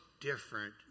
different